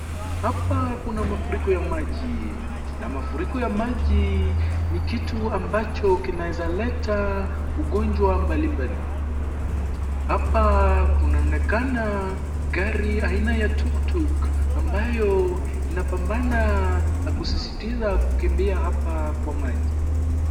Hapa kuna mafuriko ya maji na mafuriko ya maji ni kitu ambacho kinaeza leta ugonjwa mbalimbali. Hapa kunaonekana gari aina ya Tuktuk ambayo inapambana na kusisitiza kukimbia hapa kwa maji.